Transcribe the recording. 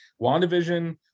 WandaVision